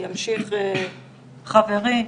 וימשיך חברי,